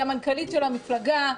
היא המנכ"לית של המפלגה,